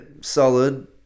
solid